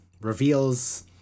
reveals